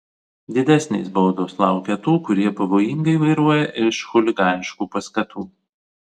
didesnės baudos laukia tų kurie pavojingai vairuoja iš chuliganiškų paskatų